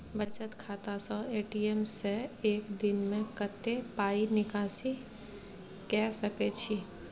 बचत खाता स ए.टी.एम से एक दिन में कत्ते पाई निकासी के सके छि?